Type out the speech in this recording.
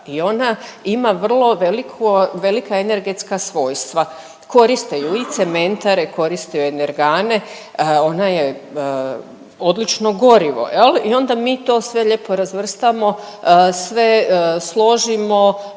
i ona ima vrlo veliko, velika energetska svojstva. Koriste ju i cementare, koriste ju energane, ona je odlično gorivo, je li, i onda mi to sve lijepo razvrstamo, sve složimo